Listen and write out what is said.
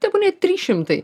tebūnie trys šimtai